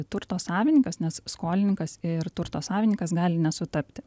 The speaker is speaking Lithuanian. turto savininkas nes skolininkas ir turto savininkas gali nesutapti